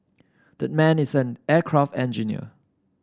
that man is an aircraft engineer